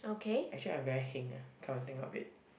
actually I very heng ah come to think of it